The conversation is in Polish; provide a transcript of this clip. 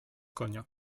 konia